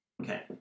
Okay